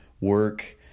work